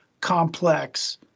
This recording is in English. complex